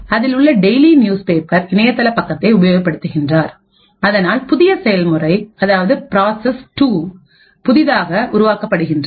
அதில் உள்ள daily news paper இணையதள பக்கத்தை உபயோகப்படுத்துகின்றனர் அதனால் புதிய செயல்முறை அதாவது ப்ராசஸ் 2புதிதாக உருவாக்கப்படுகின்றது